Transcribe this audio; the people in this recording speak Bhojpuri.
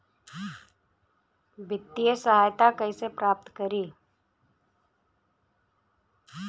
वित्तीय सहायता कइसे प्राप्त करी?